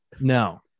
no